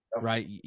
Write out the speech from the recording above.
right